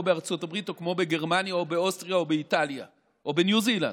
בארצות הברית או כמו בגרמניה או אוסטריה או איטליה או ניו זילנד,